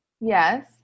Yes